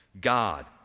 God